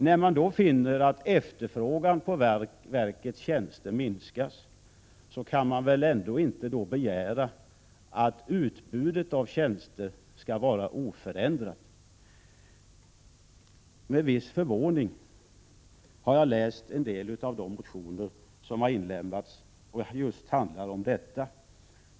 När man finner att efterfrågan på verkets tjänster har minskat kan man väl inte begära att utbudet av tjänster skall vara oförändrat? Med en viss förvåning har jag läst en del av de inlämnade motionerna som handlar om just detta.